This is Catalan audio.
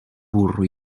burro